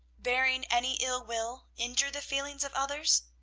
bearing any ill-will, injure the feelings of others?